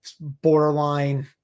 borderline